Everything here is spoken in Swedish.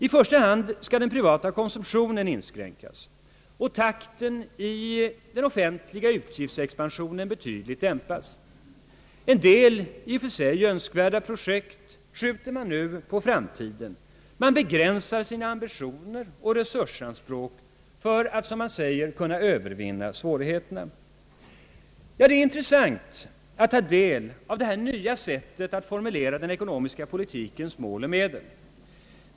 I första hand skall den privata konsumtionen inskränkas och takten i den offentliga utgiftsexpansionen betydligt dämpas. En del i och för sig önskvärda projekt skjuter man på framtiden. Man begränsar sina ambitioner och resursanspråk för att som man säger kunna övervinna svårigheterna. Det är intressant att ta del av detta nya sätt att formulera den ekonomiska politikens mål och medel.